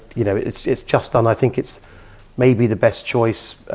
you know, it's it's just done. i think it's maybe the best choice